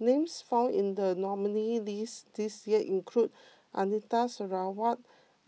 names found in the nominees' list this year include Anita Sarawak